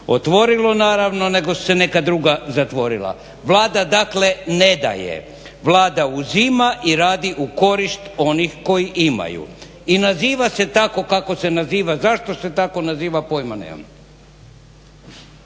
otvorilo naravno nego su se neka druga zatvorila. Vlada dakle ne daje, Vlada uzima i radi u korist onih koji imaju i naziva se tako kako se naziva, zašto se tako naziva pojma